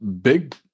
Big